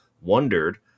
wondered